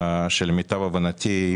למיטב הבנתי,